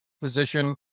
position